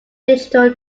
digital